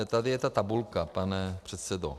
Tady je ta tabulka, pane předsedo.